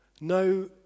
No